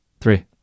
Three